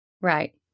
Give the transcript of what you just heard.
Right